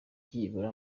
byibura